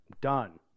Done